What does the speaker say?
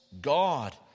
God